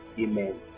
Amen